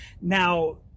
Now